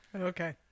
okay